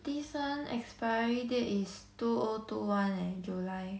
this one expiry date is two oh two one leh july